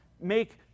make